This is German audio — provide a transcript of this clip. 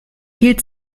viel